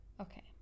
Okay